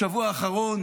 בשבוע האחרון